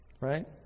Right